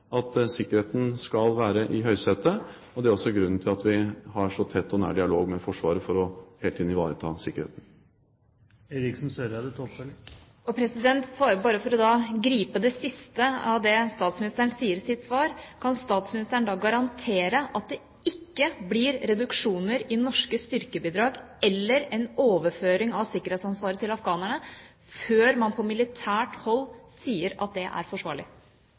at sikkerheten skal være i høysetet. Det er også grunnen til at vi har så tett og nær dialog med Forsvaret, for hele tiden å ivareta sikkerheten. Bare for å gripe det siste av det statsministeren sier i sitt svar: Kan statsministeren da garantere at det ikke blir reduksjoner i norske styrkebidrag eller en overføring av sikkerhetsansvaret til afghanerne før man på militært hold sier at det er forsvarlig?